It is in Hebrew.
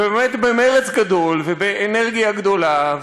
ובאמת במרץ גדול ובאנרגיה גדולה,